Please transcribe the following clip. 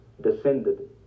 descended